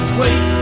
wait